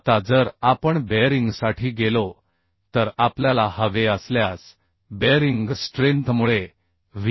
आता जर आपण बेअरिंगसाठी गेलो तर आपल्याला हवे असल्यास बेअरिंग स्ट्रेंथमुळे व्ही